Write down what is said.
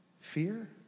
Fear